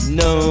no